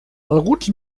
alguns